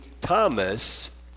Thomas